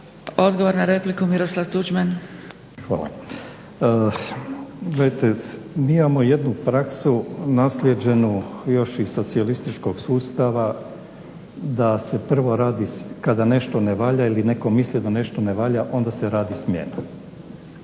Odgovor na repliku, Miroslav Tuđman. **Tuđman, Miroslav (HDZ)** Gledajte, mi imamo jednu praksu naslijeđenu još iz socijalističkog sustava da se prvo radi kada nešto ne valja ili netko misli da nešto ne valja onda se radi smjena.